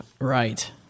Right